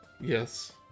Yes